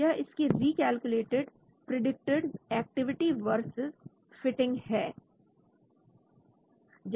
यह इसकी recalculated predicted activity versus fitting है